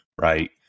right